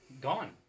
Gone